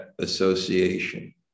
Association